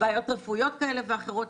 בעיות רפואיות כאלה ואחרות.